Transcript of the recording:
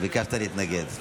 אני נגד.